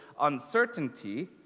uncertainty